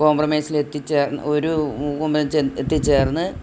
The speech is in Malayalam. കോംപ്രമൈസിലെത്തി ചേർന്ന് ഒരു എത്തി ചേർന്ന്